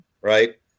right